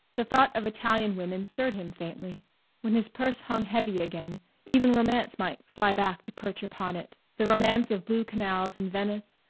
the thought of italian women stirred him faintly when his purse hung heavy again even romance might fly back to perch upon it the romance of blue canals in venice,